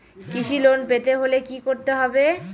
কৃষি লোন পেতে হলে কি করতে হবে?